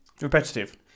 Repetitive